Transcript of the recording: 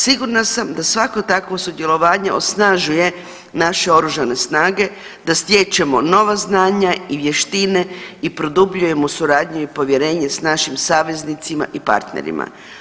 Sigurna sam da svako takvo sudjelovanje osnažuje naše Oružane snage, da stječemo nova znanja i vještine i produbljujemo suradnju i povjerenje s našim saveznicima i partnerima.